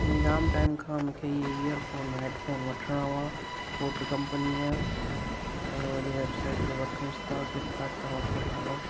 जाम time खां मूंखे इहे ईअरफोन हेडफोन वठिणा हुआ बोट कंपनीअ जा उन जी वेबसाइट ते वठुसि था फ्लिपकाट था वठूं था हलो